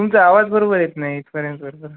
तुमचा आवाज बरोबर येत नाही इथपर्यंत